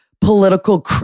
political